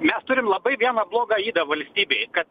mes turim labai vieną blogą ydą valstybėj kad